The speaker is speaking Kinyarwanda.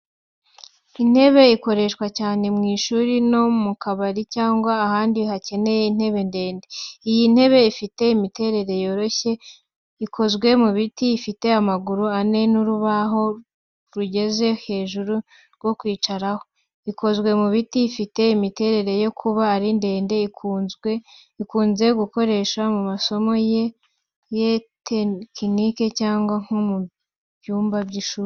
Intebe ikoreshwa cyane mu ishuri no mu kabari cyangwa ahandi hakeneye intebe ndende. Iyi ntebe ifite imiterere yoroshye, ikozwe mu biti, ifite amaguru ane n’urubaho rugeze hejuru rwo kwicaraho. Ikozwe mu biti, ifite imiterere yo kuba ari ndende, ikunze gukoreshwa mu masomo ya tekiniki cyangwa nko mu byumba by’ishuri.